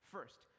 First